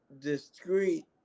discreet